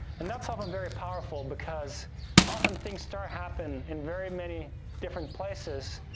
and that's often very powerful because often things start happen in very many different places,